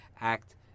act